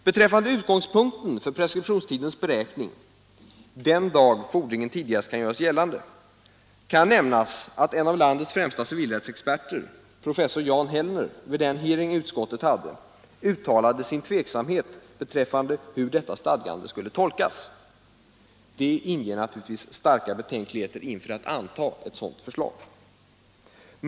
Beträffande utgångspunkten för preskriptionstidens beräkning, den dag fordringen tidigast kan göras gällande, kan nämnas att en av landets främsta civilrättsexperter, professor Jan Hellner, vid den hearing utskottet hade uttalade sin tveksamhet beträffande tolkningen av detta stadgande. Naturligtvis inger det starka betänkligheter mot att anta förslaget.